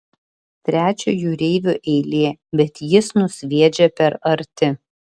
trečio jūreivio eilė bet jis nusviedžia per arti